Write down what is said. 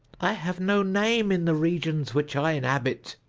i have no name in the regions which i inhabit,